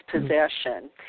possession